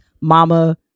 mama